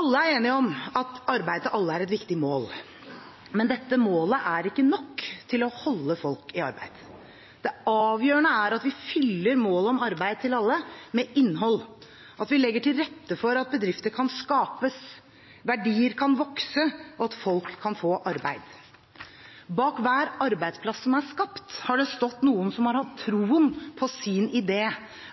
Alle er enige om at arbeid til alle er et viktig mål. Men dette målet er ikke nok til å holde folk i arbeid. Det avgjørende er at vi fyller målet om arbeid til alle med innhold, at vi legger til rette for at bedrifter kan skapes, verdier kan vokse, og folk kan få arbeid. Bak hver arbeidsplass som er skapt, har det stått noen som har hatt troen på sin idé